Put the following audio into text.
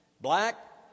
black